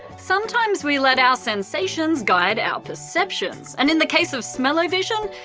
sometimes we let our sensations guide our perceptions, and in the case of smell-o-vision,